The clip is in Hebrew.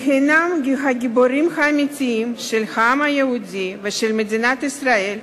שהם הגיבורים האמיתיים של העם היהודי ושל מדינת ישראל,